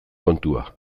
kontua